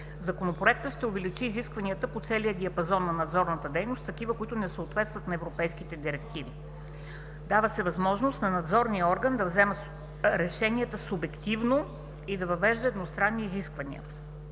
Законопроектът ще увеличи изискванията по целия диапазон на надзорната дейност с такива, които не съответстват на европейските директиви; дава се възможност на надзорния орган (УС на БНБ) да взима решения субективно и да въвежда едностранно изисквания.